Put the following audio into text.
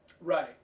Right